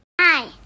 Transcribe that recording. Hi